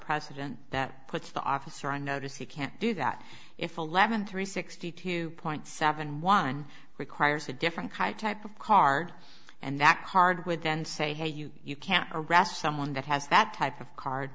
precedent that puts the officer on notice he can't do that if eleven three sixty two point seven one requires a different type of card and that card with and say hey you can't arrest someone that has that type of card